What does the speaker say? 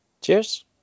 Cheers